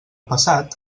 passat